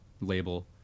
label